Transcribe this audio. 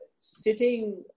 sitting